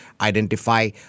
identify